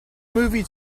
movie